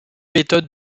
méthodes